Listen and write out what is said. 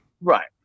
Right